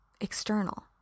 External